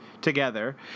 together